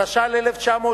התש"ל 1970,